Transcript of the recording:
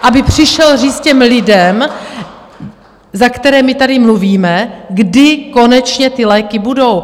Aby přišel říct těm lidem, za které my tady mluvíme, kdy konečně ty léky budou?